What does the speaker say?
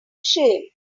shame